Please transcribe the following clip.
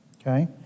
okay